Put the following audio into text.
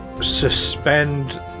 suspend